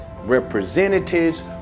representatives